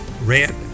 red